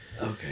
Okay